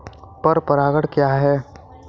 पर परागण क्या है?